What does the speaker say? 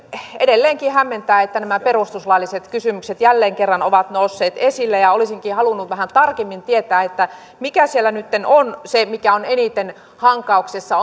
edelleenkin hämmentää että nämä perustuslailliset kysymykset jälleen kerran ovat nousseet esille ja olisinkin halunnut vähän tarkemmin tietää mikä siellä nytten on se mikä on eniten hankauksessa